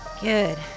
Good